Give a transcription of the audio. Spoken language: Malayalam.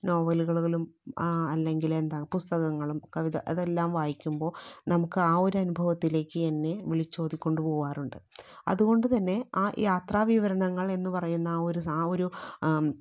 നോവലുകളും അല്ലങ്കില് എന്താ പുസ്തകങ്ങളും കവിത അതെല്ലാം വായിക്കുമ്പോൾ നമുക്ക് ആ ഒരു അനുഭവത്തിലേക്ക് എന്നെ വിളിചോതികൊണ്ടു പോവാറുണ്ട് അതുകൊണ്ടുതന്നെ ആ യാത്രാവിവരണങ്ങൾ എന്നുപറയുന്ന ആ ഒരു